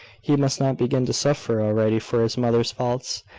he must not begin to suffer already for his mother's faults,